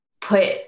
put